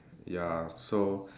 ya so